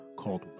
called